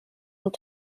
und